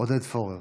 עודד פורר